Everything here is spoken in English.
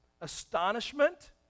astonishment